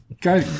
go